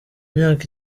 myaka